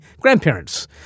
grandparents